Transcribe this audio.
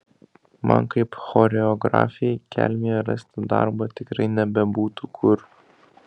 man kaip choreografei kelmėje rasti darbą tikrai nebebūtų kur